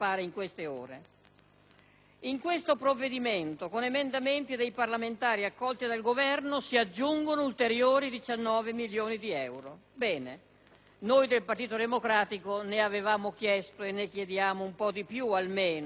in esame, grazie ad emendamenti dei parlamentari accolti dal Governo, si aggiungono ulteriori 19 milioni di euro. Bene. Noi del Partito Democratico ne avevamo chiesti e ne chiediamo un po' di più, almeno una trentina.